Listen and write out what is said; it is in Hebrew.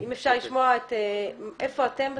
אם אפשר לשמוע איפה אתם בסיפור?